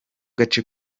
gace